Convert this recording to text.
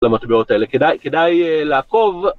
למטבעות האלה כדאי, כדאי לעקוב